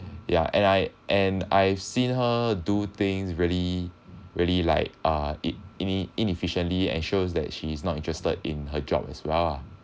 ya and I and I've seen her do things really really like uh it ine~ inefficiently and shows that she is not interested in her job as well ah